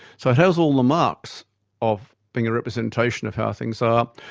so it has all the marks of being a representation of how things are.